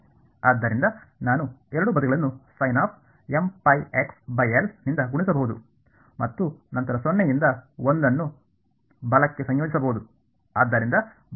ಆದ್ದರಿಂದ ನಾನು ಎರಡೂ ಬದಿಗಳನ್ನು ನಿಂದ ಗುಣಿಸಬಹುದು ಮತ್ತು ನಂತರ ಸೊನ್ನೆ ಇಂದ ಒಂದನ್ನು ಬಲಕ್ಕೆ ಸಂಯೋಜಿಸಬಹುದು